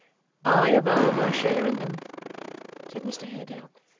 i avow my share in them said mr haredale,